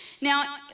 Now